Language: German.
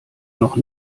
noch